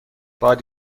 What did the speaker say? باد